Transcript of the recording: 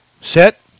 Set